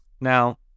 Now